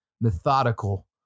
methodical